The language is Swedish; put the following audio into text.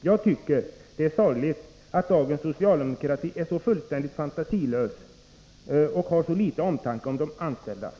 Jag tycker att det är sorgligt att dagens socialdemokrati är så fullständigt fantasilös och har så liten omtanke om de anställda.